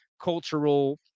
cultural